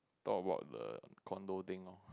talk about the condo thing orh